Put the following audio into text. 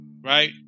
right